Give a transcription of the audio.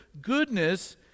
goodness